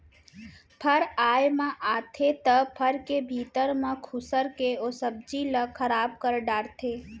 फर आए म आथे त फर के भीतरी म खुसर के ओ सब्जी ल खराब कर डारथे